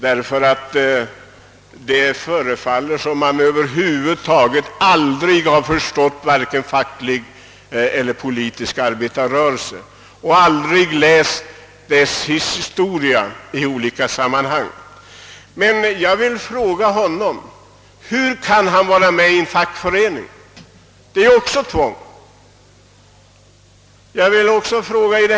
Det förefaller som om han över huvud taget aldrig har förstått vare sig facklig eher politisk arbetarrörelse och som om han aldrig läst dess historia. Och jag vill fråga honom hur han kan vara med i en fackförening. Det är också tvång.